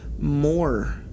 more